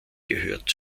gehört